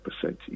percent